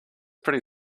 pretty